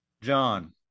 john